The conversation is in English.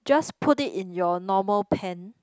just put it in your normal pan